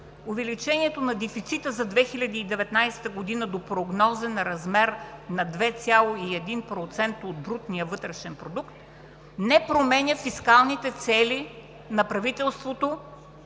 увеличението на дефицита за 2019 г. до прогнозен размер на 2,1% от брутния вътрешен продукт не променя фискалните цели на правителството